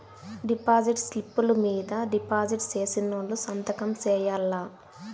deposit స్లిప్పులు మీద deposit సేసినోళ్లు సంతకం సేయాల్ల